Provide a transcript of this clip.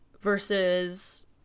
versus